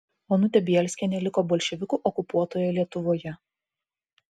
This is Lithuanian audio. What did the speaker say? onutė bielskienė liko bolševikų okupuotoje lietuvoje